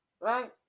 Right